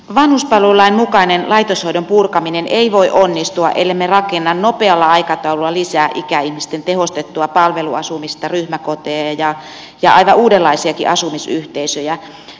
vanhuspalvelulain mukainen laitoshoidon purkaminen ei voi onnistua ellemme rakenna nopealla aikataululla lisää ikäihmisten tehostettua palveluasumista ryhmäkoteja ja aivan uudenlaisiakin asumisyhteisöjä